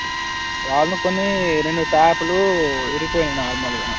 రాను కొన్ని రెండు ట్యాప్లు ఇరిపోయినాయి నార్మల్గా